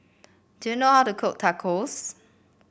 do you know how to cook Tacos